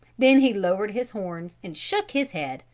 then he lowered his horns and shook his head,